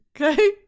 okay